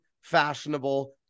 fashionable